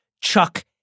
Chuck